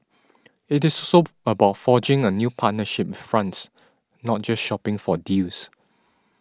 it is soap about forging a new partnership with France not just shopping for deals